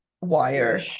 wire